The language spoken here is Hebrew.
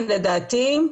לדעתי,